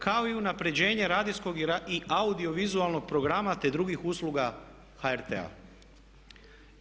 Kao i unapređenje radijskog i audiovizualnog programa te drugih usluga HRT-a.